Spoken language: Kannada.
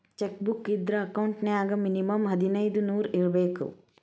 ಚೆಕ್ ಬುಕ್ ಇದ್ರ ಅಕೌಂಟ್ ನ್ಯಾಗ ಮಿನಿಮಂ ಹದಿನೈದ್ ನೂರ್ ಇರ್ಬೇಕು